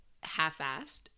half-assed